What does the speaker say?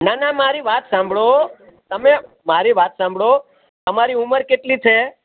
ના ના મારી વાત સાંભળો તમે મારી વાત સાંભળો તમારી ઉંમર કેટલી છે